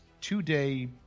two-day